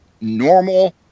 normal